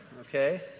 Okay